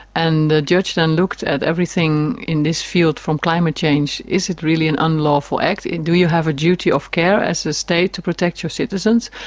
and the judge then looked at everything in this field from climate change is it really an unlawful act and do you have a duty of care as a state to protect your citizens?